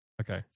Okay